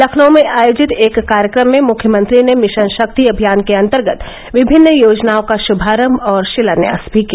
लखनऊ में आयोजित एक कार्यक्रम में मुख्यमंत्री ने मिशन शक्ति अभियान के अन्तर्गत विभिन्न योजनाओं का श्मारम्भ और शिलान्यास भी किया